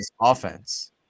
offense